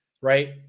right